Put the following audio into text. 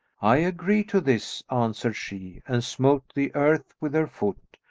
i agree to this, answered she and smote the earth with her foot,